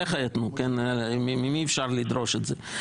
עליך יתנו, ממי אפשר לדרוש את זה?